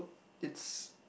it's